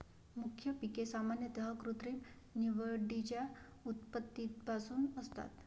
मुख्य पिके सामान्यतः कृत्रिम निवडीच्या उत्पत्तीपासून असतात